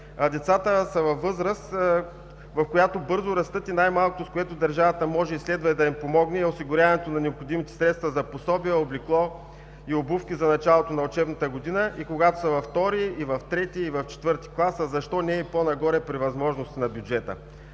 Децата са във възраст, в която бързо растат и най-малкото, с което държавата може и следва да им помогне, е осигуряването на необходимите им средства за пособия, облекло и обувки за началото на учебната година, когато са във втори, трети и в четвърти класа, а при възможности на бюджета,